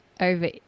over